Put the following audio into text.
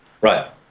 Right